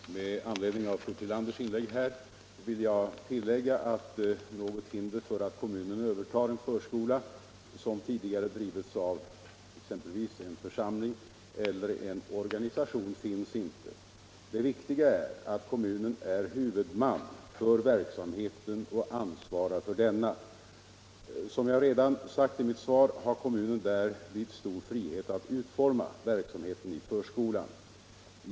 Herr talman! Med anledning av fru Tillanders inlägg vill jag tillägga, att något hinder för att kommunen övertar en förskola som tidigare bedrivits av exempelvis en församling eller en organisation inte finns. Det viktiga är att kommunen är huvudman för verksamheten och ansvarar för denna. Som jag redan sagt i mitt svar har kommunen därvid stor frihet att utforma verksamheten i förskolan.